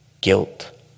guilt